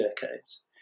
decades